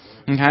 Okay